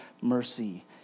mercy